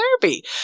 therapy